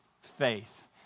faith